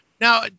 Now